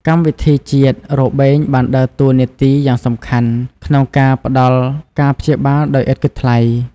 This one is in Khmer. កម្មវិធីជាតិ របេងបានដើរតួនាទីយ៉ាងសំខាន់ក្នុងការផ្តល់ការព្យាបាលដោយឥតគិតថ្លៃ។